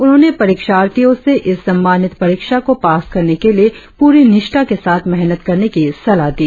उन्होंने परिक्षार्थियों से इस सम्मानित परीक्षा को पास करने के लिए प्ररी निष्ठा के साथ मेहनत करने की सलाह दी